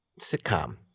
sitcom